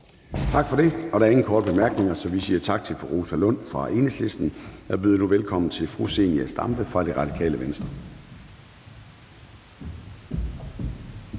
Tak for det. Der er ingen korte bemærkninger. Så vi siger tak til fru Rosa Lund fra Enhedslisten. Jeg byder nu velkommen til fru Zenia Stampe fra Radikale Venstre.